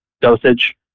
dosage